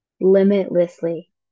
Limitlessly